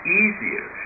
easier